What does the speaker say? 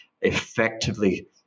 effectively